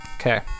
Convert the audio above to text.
Okay